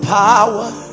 power